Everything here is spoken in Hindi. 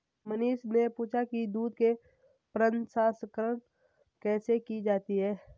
मनीष ने पूछा कि दूध के प्रसंस्करण कैसे की जाती है?